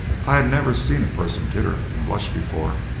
i had never seen a person titter and blush before,